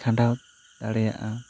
ᱠᱷᱟᱸᱰᱟᱣ ᱫᱟᱲᱮᱭᱟᱜᱼᱟ